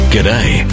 G'day